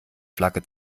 flagge